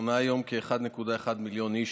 המונה היום כ-1.1 מיליון איש,